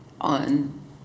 on